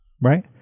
right